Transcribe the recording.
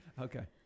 Okay